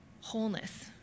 wholeness